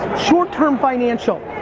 short term financial.